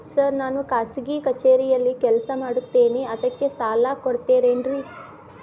Sir ನಾನು ಖಾಸಗಿ ಕಚೇರಿಯಲ್ಲಿ ಕೆಲಸ ಮಾಡುತ್ತೇನೆ ಅದಕ್ಕೆ ಸಾಲ ಕೊಡ್ತೇರೇನ್ರಿ?